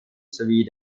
sowie